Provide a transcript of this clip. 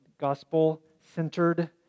gospel-centered